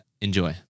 Enjoy